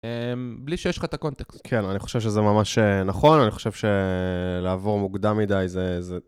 בלי שיש לך את הקונטקסט. כן, אני חושב שזה ממש נכון, אני חושב שלעבור מוקדם מדי זה...